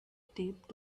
taped